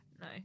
No